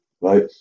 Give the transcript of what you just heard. right